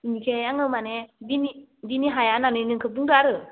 इनिखायनो आङो माने दिनि दिनि हाया होननानै नोंखो बुंदो आरो